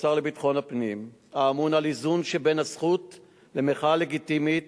וכשר לביטחון הפנים האמון על איזון שבין הזכות למחאה לגיטימית